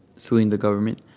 so and the government.